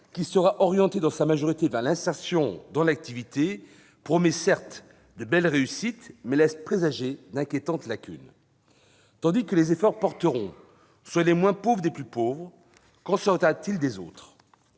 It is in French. qui sera majoritairement orienté vers l'insertion dans l'activité, promet, certes, de belles réussites, mais laisse présager d'inquiétantes lacunes ... Tandis que les efforts porteront sur les « moins pauvres des plus pauvres », qu'en sera-t-il des autres ?